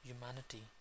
humanity